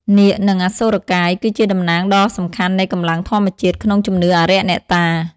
នាគ និង អសុរកាយ គឺជាតំណាងដ៏សំខាន់នៃកម្លាំងធម្មជាតិក្នុងជំនឿអារក្សអ្នកតា។